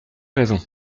raison